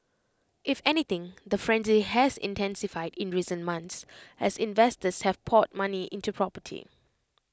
if anything the frenzy has intensified in recent months as investors have poured money into property